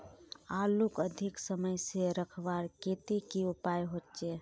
आलूक अधिक समय से रखवार केते की उपाय होचे?